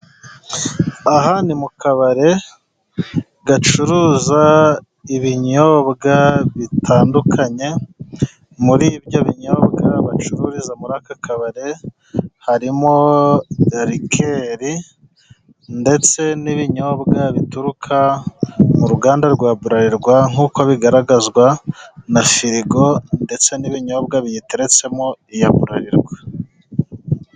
Aha ni mu kabari gacuruza ibinyobwa bitandukanye, muri ibyo binyobwa bacururiza muri aka kabari, harimo rikeri ndetse n'ibinyobwa bituruka mu ruganda rwa burarirwa, nkuko bigaragazwa na firigo ndetse n'ibinyobwa biyiteretsemo iya burarirwa.